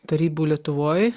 tarybų lietuvoj